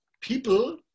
people